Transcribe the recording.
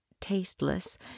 tasteless